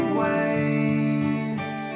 waves